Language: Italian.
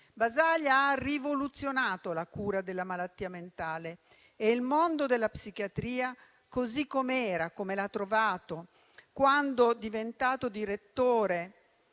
Basaglia ha rivoluzionato la cura della malattia mentale e il mondo della psichiatria così com'era e come l'ha trovato quando è diventato direttore